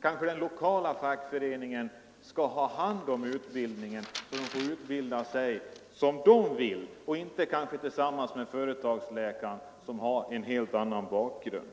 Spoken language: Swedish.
att den lokala fackföreningen skall ha hand om utbildningen, så att de får utbilda sig som de vill och inte, som det kan hända, tillsammans med företagsläkaren, som har en helt annan bakgrund.